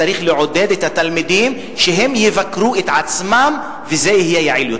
צריך לעודד את התלמידים שהם יבקרו את עצמם וזה יהיה יעיל יותר.